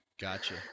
Gotcha